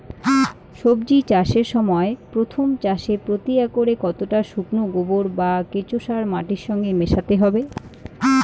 সবজি চাষের সময় প্রথম চাষে প্রতি একরে কতটা শুকনো গোবর বা কেঁচো সার মাটির সঙ্গে মেশাতে হবে?